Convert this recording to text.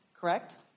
correct